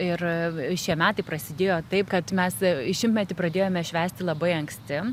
ir šie metai prasidėjo taip kad mes šimtmetį pradėjome švęsti labai anksti